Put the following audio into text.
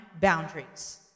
boundaries